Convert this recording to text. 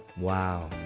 wow.